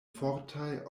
fortaj